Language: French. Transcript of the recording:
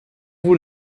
vous